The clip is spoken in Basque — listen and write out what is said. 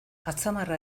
atzamarra